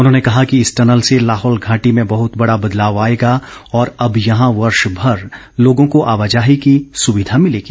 उन्होंने कहा कि इस टनल से लाहौल घाटी में बहत बड़ा बदलाव आएगा और अब यहां वर्षभर लोगों को आवाजाही की सुविधा मिलेगी